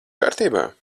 kārtībā